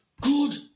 Good